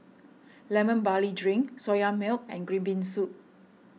Lemon Barley Drink Soya Milk and Green Bean Soup